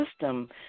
system